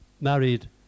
married